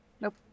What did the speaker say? Nope